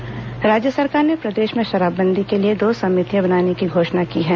शराब समिति राज्य सरकार ने प्रदेश में शराबबंदी के लिए दो समितियां बनाने की घोषणा की है